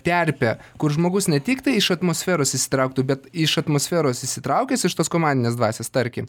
terpę kur žmogus ne tik tai iš atmosferos įsitrauktų bet iš atmosferos įsitraukęs iš tos komandinės dvasios tarkim